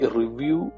review